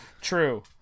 True